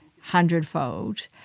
hundredfold